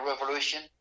revolution